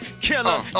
Killer